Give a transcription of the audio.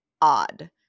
Odd